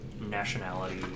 nationality